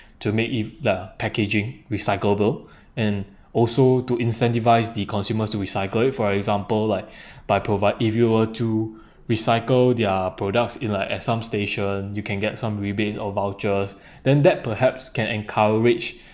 to make if ya packaging recyclable and also to incentivise the consumers to recycle it for example like by provide if you were to recycle their products in like at some station you can get some rebates or vouchers then that perhaps can encourage